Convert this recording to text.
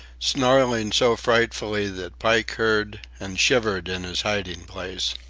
snarling so frightfully that pike heard and shivered in his hiding-place.